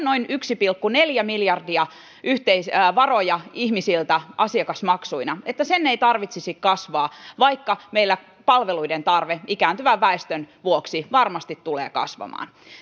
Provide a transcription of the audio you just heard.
noin yksi pilkku neljä miljardia yhteisvaroja ihmisiltä asiakasmaksuina ei tarvitsisi kasvaa vaikka meillä palveluiden tarve ikääntyvän väestön vuoksi varmasti tulee kasvamaan